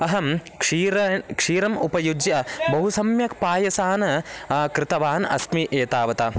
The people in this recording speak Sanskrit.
अहं क्षीरं क्षीरम् उपयुज्य बहु सम्यक् पायसं कृतवान् अस्मि एतावत्